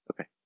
Okay